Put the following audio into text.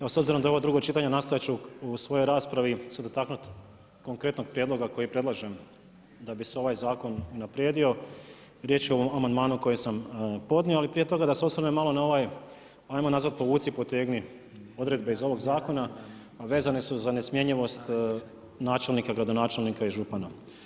Evo s obzirom da je ovo drugo čitanje, nastojat ću u svojoj raspravi se dotaknuti konkretnog prijedloga koji predlažem da bi se ovaj zakon unaprijedio, riječ je o amandmanu koji sam podnio ali prije toga da osvrnem malo na ove povuci-potegni odredbe iz ovog zakona, vezane su za nesmjenjivost načelnika, gradonačelnika i župana.